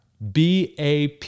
BAP